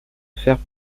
faire